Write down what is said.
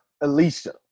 Alicia